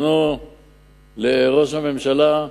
לראש הממשלה,